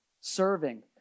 serving